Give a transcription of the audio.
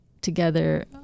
together